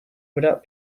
without